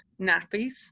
nappies